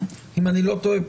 אם אני לא טועה,